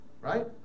Right